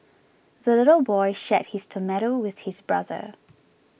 the little boy shared his tomato with his brother